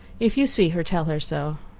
if you see her, tell her so.